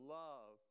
love